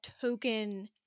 token